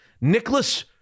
Nicholas